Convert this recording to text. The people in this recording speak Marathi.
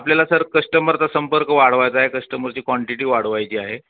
आपल्याला सर कस्टमरचा संपर्क वाढवायचा आहे कस्टमरची क्वांटिटी वाढवायची आहे